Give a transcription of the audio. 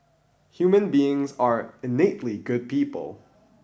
human beings are innately good people